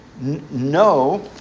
No